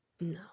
No